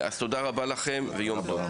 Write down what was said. תודה רבה לכם ויום טוב.